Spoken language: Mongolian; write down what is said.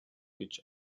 гэж